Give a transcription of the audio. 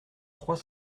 trois